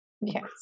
Yes